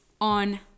on